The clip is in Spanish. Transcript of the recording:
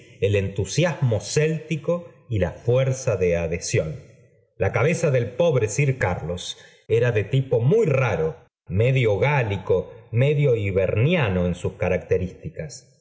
el entusiasmo céltico y la fuerza de adhesión la cabeza del pobre sir carlos era de tipo muy raro medio gálico medio hibemiano en sus características